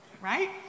right